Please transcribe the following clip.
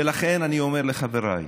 ולכן אני אומר לחבריי: